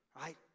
right